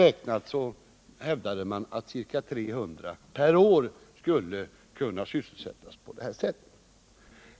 Man hävdade att lågt räknat ca 300 personer per år skulle kunna sysselsättas på detta sätt.